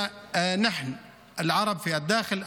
אנחנו גם רואים את הפשעים שקורים בחברה הערבית,